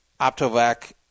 Optovac